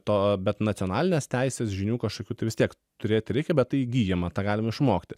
to bet nacionalinės teisės žinių kažkokių tai vis tiek turėti reikia bet tai įgyjama tą galim išmokti